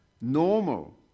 normal